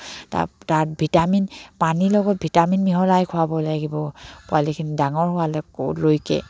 তাত তাত ভিটামিন পানীৰ লগত ভিটামিন মিহলাই খোৱাব লাগিব পোৱালিখিনি ডাঙৰ হোৱালৈকে